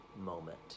moment